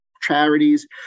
charities